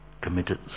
committed